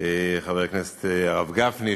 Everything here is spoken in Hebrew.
וחבר הכנסת הרב גפני,